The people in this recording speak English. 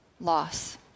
loss